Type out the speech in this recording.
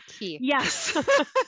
yes